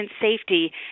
safety